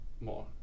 more